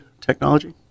technology